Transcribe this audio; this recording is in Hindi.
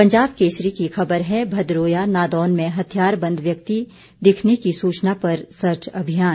पंजाब केसरी की खबर है भदरोया नादौन में हथियारबंद व्यक्ति दिखने की सूचना पर सर्च अभियान